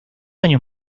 años